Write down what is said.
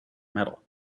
metal